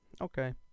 Okay